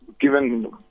given